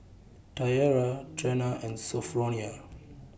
Tiarra Trena and Sophronia